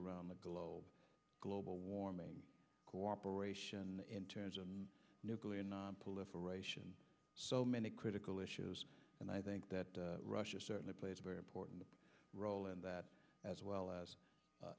around the globe global warming cooperation in terms of nuclear nonproliferation so many critical issues and i think that russia certainly plays a very important role in that as well as